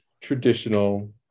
traditional